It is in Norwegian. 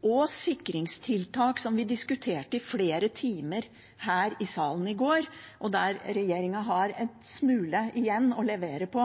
og sikringstiltak, som vi diskuterte i flere timer her i salen i går, og der regjeringen har en smule igjen å levere på